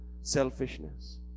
selfishness